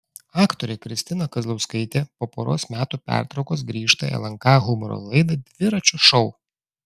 aktorė kristina kazlauskaitė po poros metų pertraukos grįžta į lnk humoro laidą dviračio šou